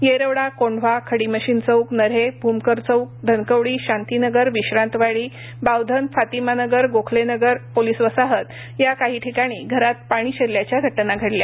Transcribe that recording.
Yerwada Kondhwa Khadi machine Chowk Narhe Bhumkar Chowk Dhankawadi Shantinagar Vishrantwadi Bavdhan Fatimanagar Gokhalenagar police वसाहत या काही ठिकाणी घरात पाणी शिरल्याची घटना घडली